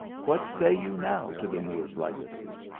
what say you now to the moor s legacy?